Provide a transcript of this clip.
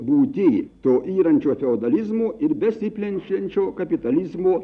būty to yrančio feodalizmo ir besiplečiančio kapitalizmo